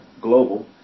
global